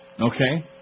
Okay